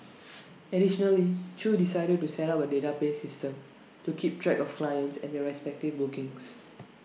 additionally chew decided to set up A database system to keep track of clients and their respective bookings